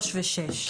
3 ו-6.